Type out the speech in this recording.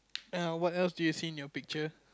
err what else do you see in your picture